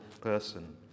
person